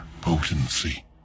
potency